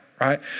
right